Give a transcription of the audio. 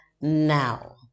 now